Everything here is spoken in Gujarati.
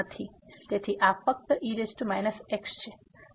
તેથી આ ફક્ત e x છે